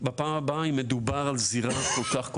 בפעם הבאה אם מדובר על זירה כל כך גדולה.